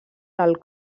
del